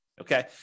Okay